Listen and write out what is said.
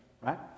right